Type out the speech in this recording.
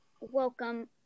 welcome